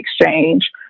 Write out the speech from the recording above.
exchange